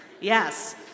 Yes